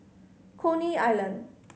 Coney Island